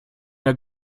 der